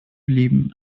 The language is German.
blieben